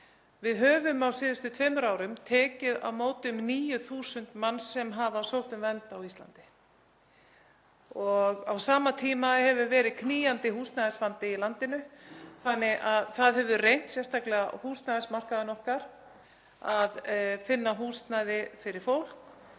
Við höfum á síðustu tveimur árum tekið á móti um 9.000 manns sem hafa sótt um vernd á Íslandi. Á sama tíma hefur verið knýjandi húsnæðisvandi í landinu þannig að það hefur reynt á sérstaklega húsnæðismarkaðinn okkar að finna húsnæði fyrir fólk.